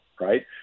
right